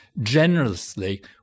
generously